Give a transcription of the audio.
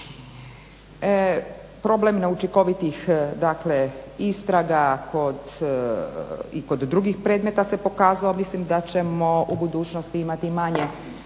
dakle neučinkovitih istraga i kod drugih predmeta se pokazalo. Mislim da ćemo u budućnosti imati manje